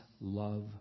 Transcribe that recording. love